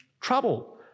trouble